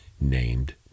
named